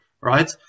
right